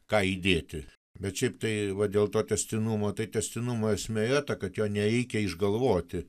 ką įdėti bet šiaip tai va dėl to tęstinumo tai tęstinumo esmė yra ta kad jo nereikia išgalvoti